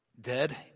Dead